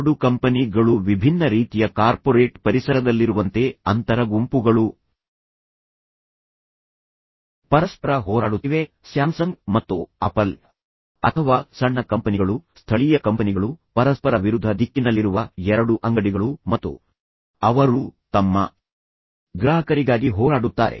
ಎರಡು ಕಂಪನಿ ಗಳು ವಿಭಿನ್ನ ರೀತಿಯ ಕಾರ್ಪೊರೇಟ್ ಪರಿಸರದಲ್ಲಿರುವಂತೆ ಅಂತರಗುಂಪುಗಳು ಪರಸ್ಪರ ಹೋರಾಡುತ್ತಿವೆ ಸ್ಯಾಮ್ಸಂಗ್ ಮತ್ತು ಆಪಲ್ ಅಥವಾ ಸಣ್ಣ ಕಂಪನಿಗಳು ಸ್ಥಳೀಯ ಕಂಪನಿಗಳು ಪರಸ್ಪರ ವಿರುದ್ಧ ದಿಕ್ಕಿನಲ್ಲಿರುವ ಎರಡು ಅಂಗಡಿಗಳು ಮತ್ತು ಅವರು ತಮ್ಮ ಗ್ರಾಹಕರಿಗಾಗಿ ಹೋರಾಡುತ್ತಾರೆ